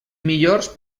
millors